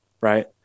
Right